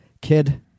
Kid